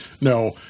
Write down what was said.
No